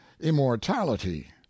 IMMORTALITY